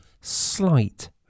slight